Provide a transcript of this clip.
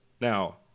Now